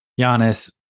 Giannis